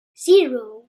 zero